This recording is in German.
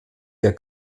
der